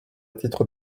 titre